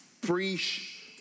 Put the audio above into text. preach